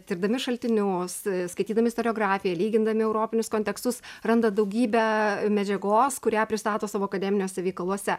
tirdami šaltinius skaitydami istoriografiją lygindami europinius kontekstus randa daugybę medžiagos kurią pristato savo akademiniuose veikaluose